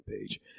page